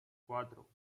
cuatro